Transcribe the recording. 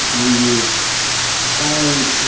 when you find.